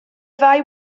ddau